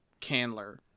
Candler